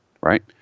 right